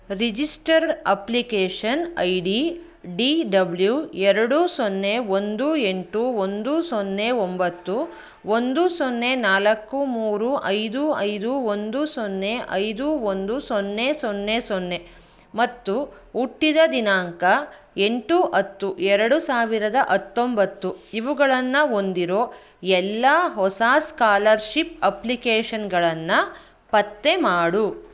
registered application I D D W ಎರಡು ಸೊನ್ನೆ ಒಂದು ಎಂಟು ಒಂದು ಸೊನ್ನೆ ಒಂಬತ್ತು ಒಂದು ಸೊನ್ನೆ ನಾಲ್ಕು ಮೂರು ಐದು ಐದು ಒಂದು ಸೊನ್ನೆ ಐದು ಒಂದು ಸೊನ್ನೆ ಸೊನ್ನೆ ಸೊನ್ನೆ ಮತ್ತು ಹುಟ್ಟಿದ ದಿನಾಂಕ ಎಂಟು ಹತ್ತು ಎರಡು ಸಾವಿರದ ಹತ್ತೊಂಬತ್ತು ಇವುಗಳನ್ನು ಹೊಂದಿರೋ ಎಲ್ಲ ಹೊಸ ಸ್ಕಾಲರ್ಶಿಪ್ ಆಪ್ಲಿಕೇಷನ್ಗಳನ್ನು ಪತ್ತೆ ಮಾಡು